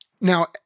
Now